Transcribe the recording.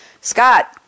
Scott